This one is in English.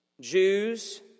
Jews